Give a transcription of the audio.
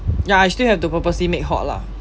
ya I still have to purposely make hot lah